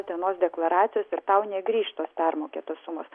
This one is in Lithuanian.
dienos deklaracijos ir tau negrįš tos permokėtos sumos